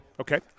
Okay